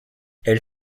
elle